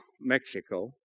Mexico